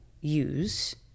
use